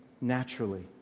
naturally